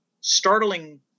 startling